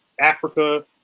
Africa